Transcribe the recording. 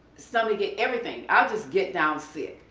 stomach ache, everything, i would just get down sick.